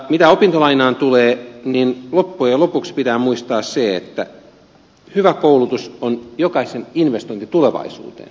mitä opintolainaan tulee niin loppujen lopuksi pitää muistaa se että hyvä koulutus on jokaisen investointi tulevaisuuteen